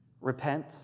Repent